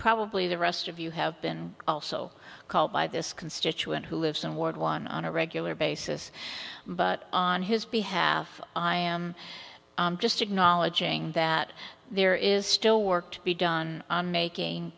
probably the rest of you have been also called by this constituent who lives in ward one on a regular basis but on his behalf i am just acknowledging that there is still work to be done on making